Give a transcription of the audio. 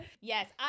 Yes